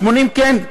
80% כן,